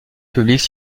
publique